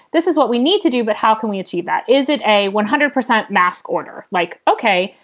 this is what we need to do, but how can we achieve that? is it a one hundred percent mass order like, ok,